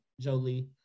Jolie